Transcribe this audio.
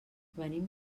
venim